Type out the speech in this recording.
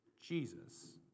Jesus